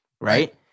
Right